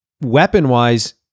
weapon-wise